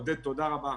עודד, תודה רבה.